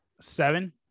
Seven